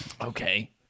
Okay